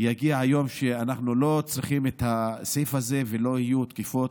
יגיע היום שלא נצטרך את הסעיף הזה ולא יהיו תקיפות.